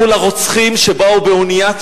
מול הרוצחים שבאו באונייה,